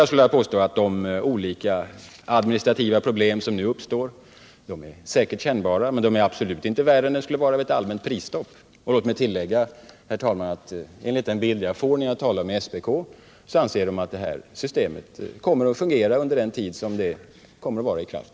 Jag skulle vilja påstå att de olika administrativa problem som nu uppstår säkerligen är kännbara men absolut inte värre än de skulle vara vid ett allmänt prisstopp. Låt mig tillägga, herr talman, att enligt den bild jag får när jag talar med SPK anser man där att detta system kommer att fungera under den tid som det kommer att vara i kraft.